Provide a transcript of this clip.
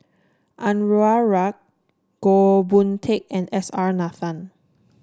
Anwarul Haque Goh Boon Teck and S R Nathan